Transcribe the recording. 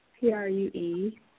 P-R-U-E